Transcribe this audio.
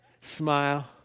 Smile